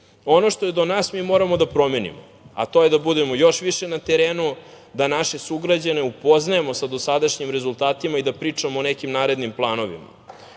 što je do nas, moramo da promenimo, a to je da budemo još više na terenu, da naše sugrađane upoznajemo sa dosadašnjim rezultatima i da pričamo o nekim narednim planovima.